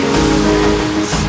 Humans